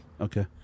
Okay